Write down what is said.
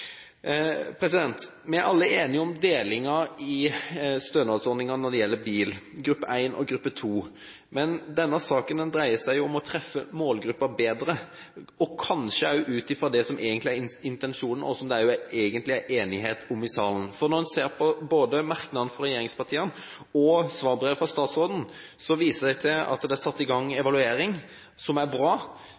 Vi er alle enige om delingen i stønadsordninger når det gjelder bil gruppe 1 og gruppe 2. Men denne saken dreier seg om å treffe målgruppen bedre ut fra det som egentlig er intensjonen, som det også er enighet om i salen. Når en ser på både merknadene fra regjeringspartiene og svarbrevet fra statsråden, vises det til at det er satt i gang en evaluering – som er bra.